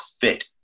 fit